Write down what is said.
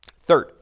Third